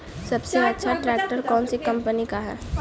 सबसे अच्छा ट्रैक्टर कौन सी कम्पनी का है?